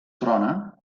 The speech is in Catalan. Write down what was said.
trona